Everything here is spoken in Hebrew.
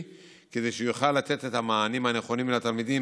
כדי שיוכל לתת את המענים הנכונים לתלמידים,